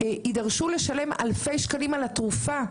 הם יידרשו לשלם אלפי שקלים על התרופה.